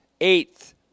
Eighth